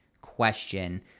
question